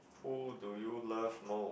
who do you love most